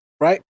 Right